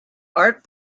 art